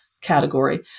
category